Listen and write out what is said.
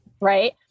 right